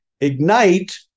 Ignite